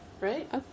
Right